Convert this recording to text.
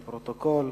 לפרוטוקול.